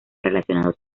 relacionados